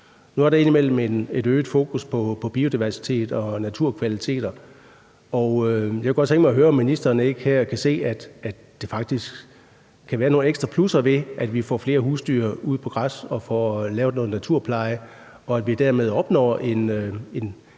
indimellem et øget fokus på biodiversitet og naturkvaliteter, og jeg kunne godt tænke mig at høre, om ministeren ikke her kan se, at der faktisk kan være nogle ekstra plusser ved, at vi får flere husdyr ud på græs og får lavet noget naturpleje, og at vi dermed opnår en